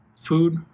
food